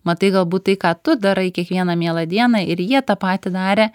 matai galbūt tai ką tu darai kiekvieną mielą dieną ir jie tą patį darė